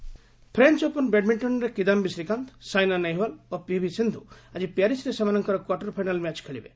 badminton French Open ବ୍ୟାଡ୍ମିଣ୍ଟନ୍ରେ କିଦାୟୀ ଶ୍ରୀକାନ୍ତ ସାଇନା ନେହୱାଲ୍ ଓ ପିଭି ସିନ୍ଧ୍ ଆଜି ପ୍ୟାରିସ୍ରେ ସେମାନଙ୍କର କ୍ୱାର୍ଟର୍ ଫାଇନାଲ୍ ମ୍ୟାଚ୍ ଖେଳିବେ